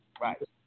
right